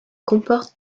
comporte